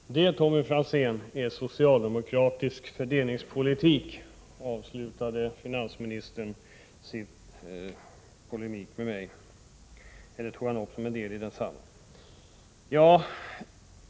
Herr talman! Det, Tommy Franzén, är socialdemokratisk fördelningspolitik. Ja, så avslutade finansministern sin polemik med mig — eller också utgjorde det påståendet en del av densamma.